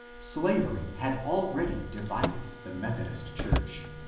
slavery had already divided the methodist church.